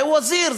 זה ואזיר,